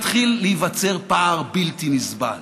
מתחיל להיווצר פער בלתי נסבל